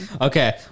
Okay